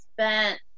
spent